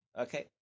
Okay